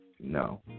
No